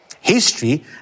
History